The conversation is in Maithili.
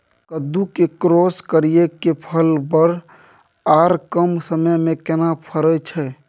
कद्दू के क्रॉस करिये के फल बर आर कम समय में केना फरय छै?